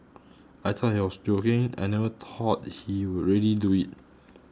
I thought he was joking I never thought he will really do it